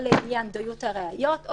או לעניין דיות הראיות,